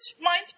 mine's